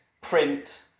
print